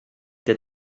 that